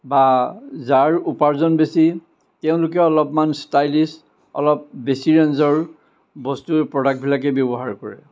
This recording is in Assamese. বা যাৰ উপাৰ্জন বেছি তেওঁলোকে অলপমান ষ্টাইলিছ অলপ বেছি ৰেঞ্জৰ বস্তুৰ প্ৰডাক্টবিলাকেই ব্যৱহাৰ কৰে